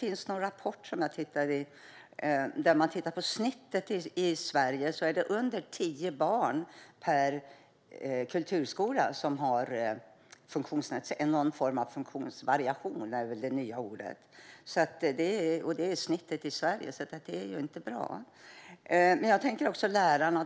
Enligt en rapport som jag har tittat i där man har tittat på snittet i Sverige är det under tio barn per kulturskola som har någon form av funktionsvariation, som väl är det nya ordet. Det är alltså snittet i Sverige, så det är inte bra. Jag tänker också på lärarna.